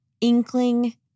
inkling